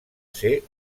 ser